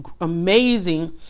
amazing